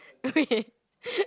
wait